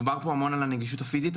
דובר פה המון על הנגישות הפיזית,